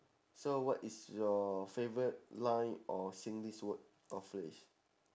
so what is your favourite line or singlish word or phrase